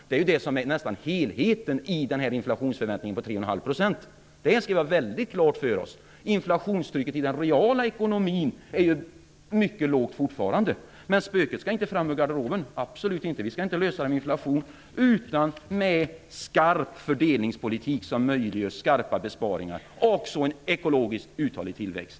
Det är nästan hela inflationsförväntningen på 3,5 %. Det skall vi ha klart för oss. Inflationstrycket i den reala ekonomin är fortfarande mycket lågt. Spöket skall inte fram ur garderoben. Vi skall inte lösa problemen genom inflation utan med en skarp fördelningspolitik som möjliggör skarpa besparingar och en ekologiskt uthållig tillväxt.